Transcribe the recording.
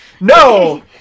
no